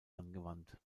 angewandt